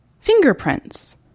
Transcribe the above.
Fingerprints